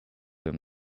him